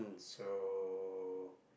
so